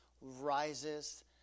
rises